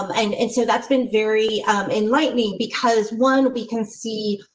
and and so that's been very enlightening. because one, we can see,